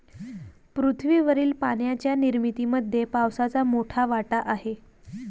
पृथ्वीवरील पाण्याच्या निर्मितीमध्ये पावसाचा मोठा वाटा आहे